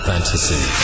fantasy